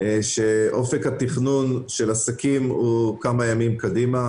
שאופק התכנון של עסקים הוא כמה ימים קדימה,